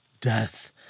Death